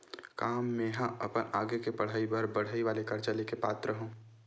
का मेंहा अपन आगे के पढई बर पढई वाले कर्जा ले के पात्र हव?